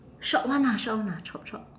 short one ah short one ah chop-chop